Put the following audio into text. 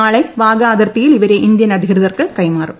നാളെ വാഗ അതിർത്തിയിൽ ഇവരെ ഇന്ത്യൻ അധികൃതർക്ക് കൈമാറും